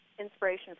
inspiration